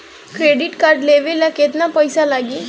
Credit card लेवे ला केतना पइसा लागी?